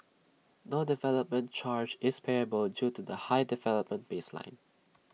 no development charge is payable due to the high development baseline